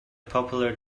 popular